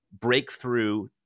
breakthrough